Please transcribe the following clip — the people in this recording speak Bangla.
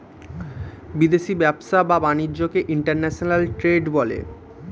বিদেশি ব্যবসা বা বাণিজ্যকে ইন্টারন্যাশনাল ট্রেড বলে